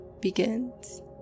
begins